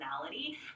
personality